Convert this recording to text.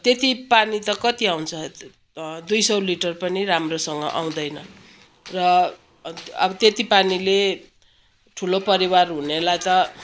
त्यति पानी त कति आउँछ दुई सय लिटर पनि राम्रोसँग आउँदैन र अब त्यति पानीले ठुलो परिवार हुनेलाई त